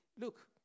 look